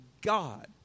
God